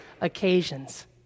occasions